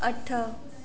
अठ